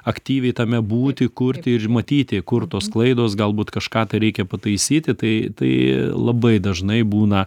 aktyviai tame būti kurti ir matyti kur tos klaidos galbūt kažką tai reikia pataisyti tai tai labai dažnai būna